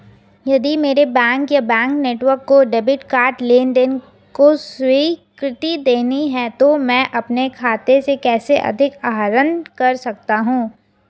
यदि मेरे बैंक या बैंक नेटवर्क को डेबिट कार्ड लेनदेन को स्वीकृति देनी है तो मैं अपने खाते से कैसे अधिक आहरण कर सकता हूँ?